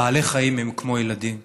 בעלי חיים הם כמו ילדים.